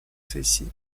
сессии